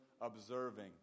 observing